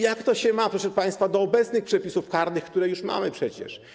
Jak to się ma, proszę państwa, do obecnych przepisów karnych, które już przecież mamy?